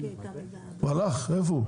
הוא הלך איפה הוא?